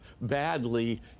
badly